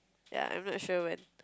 ya I'm not sure when